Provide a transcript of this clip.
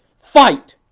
fight,